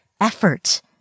effort